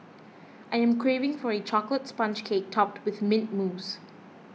I am craving for a Chocolate Sponge Cake Topped with Mint Mousse